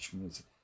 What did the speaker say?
music